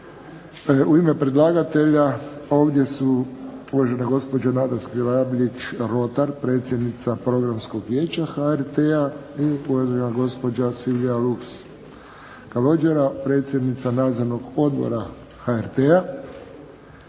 U ime predlagatelja ovdje su uvažena gospođa Nada Zgrabljić Rotar predsjednica Programskog vijeća HRT-a i uvažena gospođa Silvija Luks Kalogjera predsjednica Nadzornog odbora HRT-a.